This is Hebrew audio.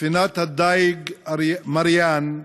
ספינת הדיג "מריאן"